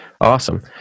Awesome